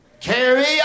Carry